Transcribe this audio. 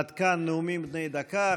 עד כאן נאומים בני דקה.